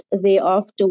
thereafter